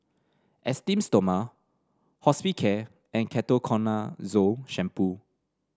Esteem Stoma Hospicare and Ketoconazole Shampoo